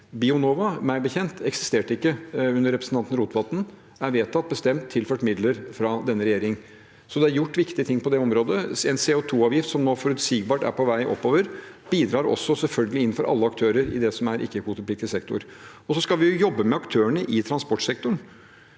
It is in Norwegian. Bionova eksisterte meg bekjent ikke under representanten Rotevatn og er vedtatt, bestemt og tilført midler fra denne regjering. Så det er gjort viktige ting på det området. En CO2avgift som nå forutsigbart er på vei oppover, bidrar også selvfølgelig innenfor alle aktører i det som er ikkekvotepliktig sektor. Så skal vi jobbe med aktørene i transportsektoren.